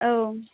औ